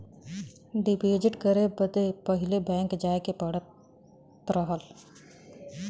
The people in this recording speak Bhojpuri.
डीपोसिट करे बदे पहिले बैंक जाए के पड़त रहल